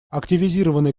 активизированной